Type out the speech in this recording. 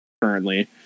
currently